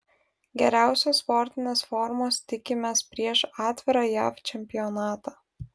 geriausios sportinės formos tikimės prieš atvirą jav čempionatą